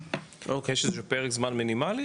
יש איזה פרק זמן מינימלי,